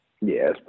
yes